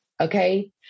Okay